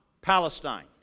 Palestine